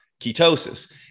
ketosis